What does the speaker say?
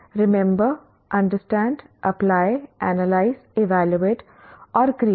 remember understand apply analyse evaluate और create